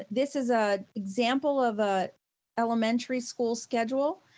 this is a example of a elementary school schedule.